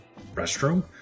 restroom